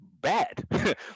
bad